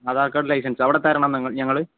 ആധാർ കാർഡും ലൈസൻസും അവിടെ തരണം നിങ ഞങ്ങൾ